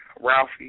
Ralphie